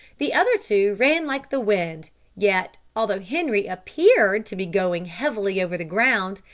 the other two ran like the wind yet, although henri appeared to be going heavily over the ground,